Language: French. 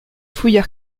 fouilles